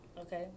Okay